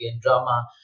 Drama